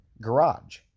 garage